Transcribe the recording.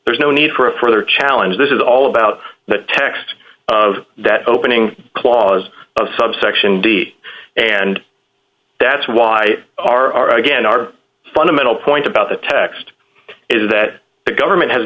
there's no need for a further challenge this is all about the text of that opening clause of subsection d and that's why our again our fundamental point about the text is that the government has